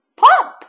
,pop